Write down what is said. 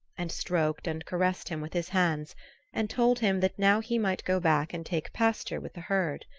and stroked and caressed him with his hands and told him that now he might go back and take pasture with the herd.